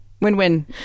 win-win